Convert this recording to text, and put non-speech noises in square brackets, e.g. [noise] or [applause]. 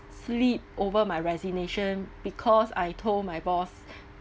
sleep over my resignation because I told my boss [breath]